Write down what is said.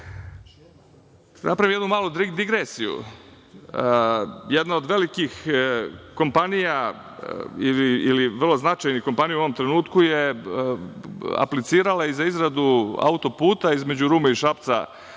bih jednu malu digresiju. Jedna od velikih kompanija ili vrlo značajnih kompanija u ovom trenutku je aplicirala za izradu autoputa između Rume i Šapca